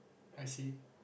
I see